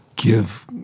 Give